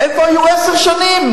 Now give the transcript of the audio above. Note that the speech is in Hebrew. איפה היו עשר שנים?